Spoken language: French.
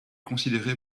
considéré